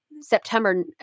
September